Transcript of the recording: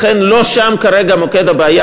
לכן, לא שם כרגע מוקד הבעיה.